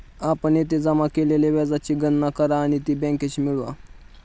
आपण येथे जमा केलेल्या व्याजाची गणना करा आणि ती बँकेशी मिळवा